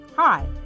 Hi